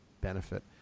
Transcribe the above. benefit